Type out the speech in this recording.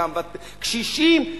קשישים,